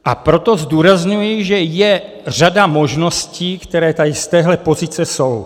A proto zdůrazňuji, že je řada možností, které tady z téhle pozice jsou.